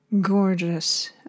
Gorgeous